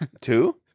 Two